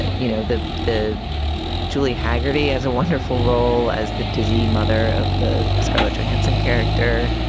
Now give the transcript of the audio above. you know, the the julie hagerty has a wonderful role as the dizzie mother of the scarlett johansson character.